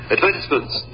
Advertisements